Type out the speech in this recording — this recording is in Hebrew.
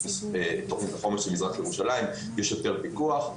בתכנית החומש של מזרח ירושלים יש יותר פיקוח.